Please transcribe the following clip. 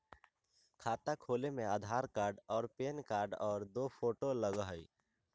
खाता खोले में आधार कार्ड और पेन कार्ड और दो फोटो लगहई?